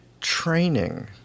training